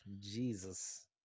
Jesus